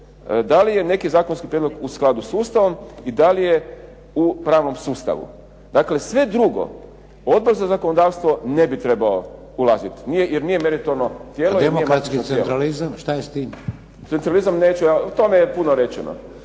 da li je neki zakonski prijedlog u skladu sa Ustavom i da li je u pravnom sustavu. Dakle sve drugo, Odbor za zakonodavstvo ne bi trebao ulaziti jer nije meritorno tijelo … …/Upadica: Demokratski centralizam, šta je s time?/… … centralizam neću ja, o tome je puno rečeno.